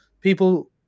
people